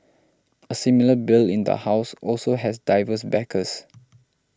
a similar bill in the House also has diverse backers